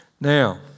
Now